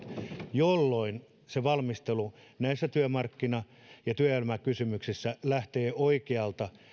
jolloin se valmistelu näissä työmarkkina ja työelämäkysymyksissä lähtee oikealta